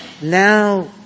now